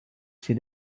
see